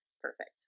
perfect